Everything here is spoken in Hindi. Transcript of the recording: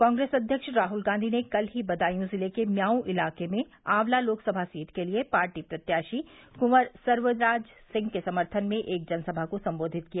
कांग्रेस अध्यक्ष राहुल गांधी ने कल ही बदायूं ज़िले के म्याऊं इलाके में आवला लोकसभा सीट के लिये पार्टी प्रत्याशी कुंवर सर्वराज सिंह के समर्थन में एक जनसभा को संबोधित किया